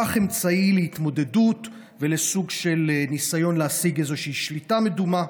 הפך אמצעי להתמודדות ולסוג של ניסיון להשיג איזושהי שליטה מדומה.